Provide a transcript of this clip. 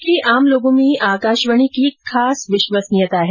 देश के आम लोगों में आकाशवाणी की खासी विश्वसनीयता है